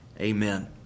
amen